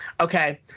Okay